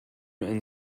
and